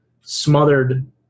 smothered